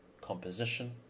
composition